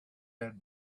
had